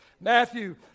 Matthew